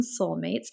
soulmates